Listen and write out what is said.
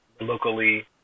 locally